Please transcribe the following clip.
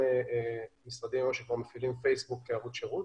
יש משרדי ממשלה שמפעילים פייסבוק כערוץ שירות,